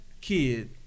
kid